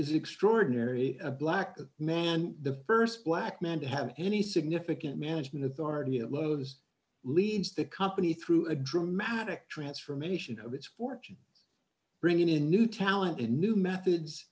is extraordinary a black man the st black man to have any significant management authority at lowe's leads the company through a dramatic transformation of its fortune bringing in new talent and new methods